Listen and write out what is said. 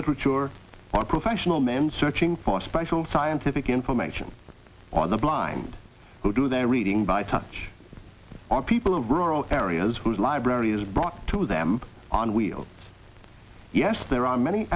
literature or professional men searching for special scientific information on the blind who do their reading by touch are people of rural areas whose library is brought to them on wheels yes there are many